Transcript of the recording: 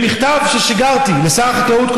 במכתב ששיגרתי לשר החקלאות,